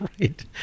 Right